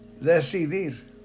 decidir